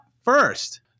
first